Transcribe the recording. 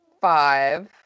five